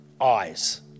eyes